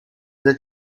then